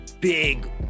big